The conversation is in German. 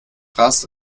rast